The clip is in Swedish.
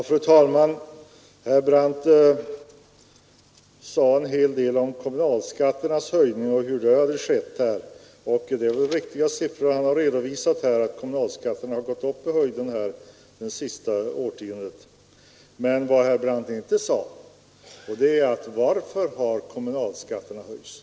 Fru talman! Herr Brandt sade en hel del om hur kommunalskatterna hade höjts. Han har väl redovisat riktiga siffror, och kommunalskatterna har gått i höjden under det senaste årtiondet. Men vad herr Brandt inte nämnde var anledningen till att kommunalskatterna höjts.